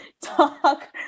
talk